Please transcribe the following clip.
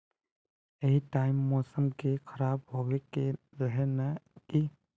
यही टाइम मौसम के खराब होबे के रहे नय की?